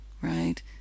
Right